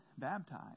baptized